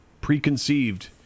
preconceived